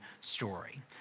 story